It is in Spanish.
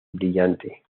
brillante